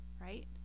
right